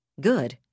Good